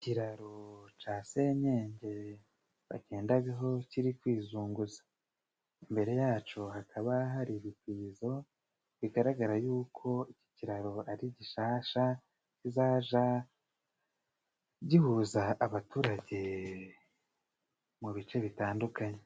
Ikiraro ca senyenge bagendagaho kiri kwizunguza, imbere yaco hakaba hari ibipirizo bigaragara yuko iki kiraro ari gishasha, kizaja gihuza abaturage mu bice bitandukanye.